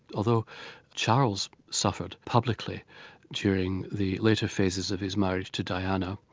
although charles suffered publicly during the later phases of his marriage to diana,